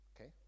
okay